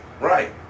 Right